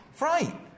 Right